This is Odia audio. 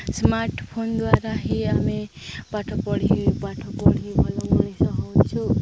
ସ୍ମାର୍ଟଫୋନ୍ ଦ୍ୱାରା ହିଁ ଆମେ ପାଠ ପଢ଼ି ପାଠ ପଢ଼ି ଭଲ ମଣିଷ ହଉଛୁ